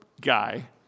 guy